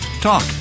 talk